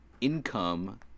income